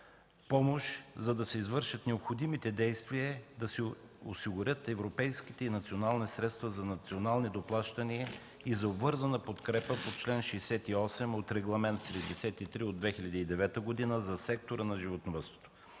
помощ, за да се извършат необходимите действия да се осигурят европейските и национални средства за национални доплащания и за обвързана подкрепа по чл. 68 от Регламент 73 от 2009 г. за сектора на животновъдството.